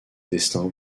destin